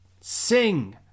Sing